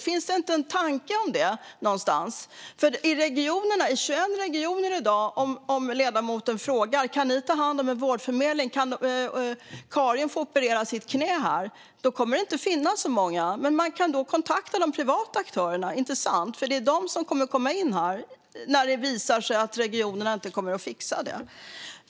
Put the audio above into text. Finns det inte en tanke om det? Frågar ledamoten i de 21 regionerna om de kan ta hand om en vårdförmedling så att Karin kan få operera sitt knä här kommer det inte att finnas så många som kan det. Men då kan man kontakta de privata aktörerna, för det är de som kommer att komma in när det visar sig att regionerna inte fixar detta.